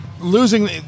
losing –